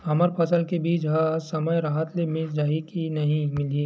हमर फसल के बीज ह समय राहत ले मिल जाही के नी मिलही?